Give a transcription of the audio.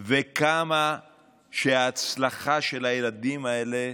וכמה שההצלחה של הילדים האלה